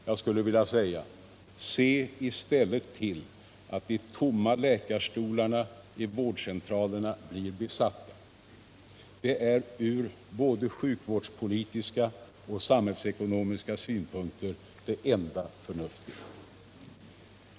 Jag skulle vilja säga: Se i stället till att de tomma läkarstolarna i vårdcentralerna blir besatta! Det är ur både sjukvårdspolitiska och samhälllsekonomiska synpunkter det enda förnuftiga.